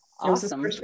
awesome